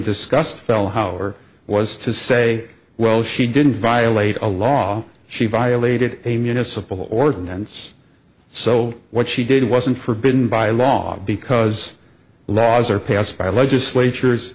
discussed fell however was to say well she didn't violate a law she violated a municipal ordinance so what she did wasn't for been by law because laws are passed by legislatures